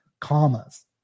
commas